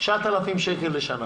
9,000 שקל לשנה